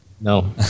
No